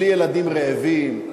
בלי ילדים רעבים,